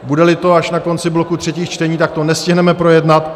Budeli to až na konci bloku třetích čtení, tak to nestihneme projednat.